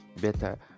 better